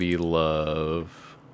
Love